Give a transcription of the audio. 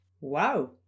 Wow